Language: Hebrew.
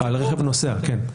על רכב נוסע כן.